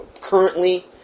currently